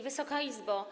Wysoka Izbo!